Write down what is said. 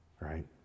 right